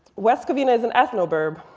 west covina is an ethnoburb,